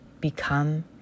become